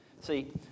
See